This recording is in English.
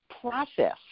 process